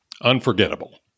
unforgettable